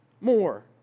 more